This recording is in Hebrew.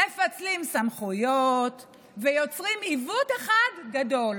מפצלים סמכויות ויוצרים עיוות אחד גדול.